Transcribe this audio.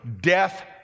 death